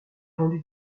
rendue